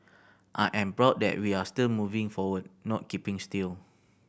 I am proud that we are still moving forward not keeping still